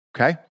okay